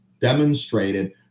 demonstrated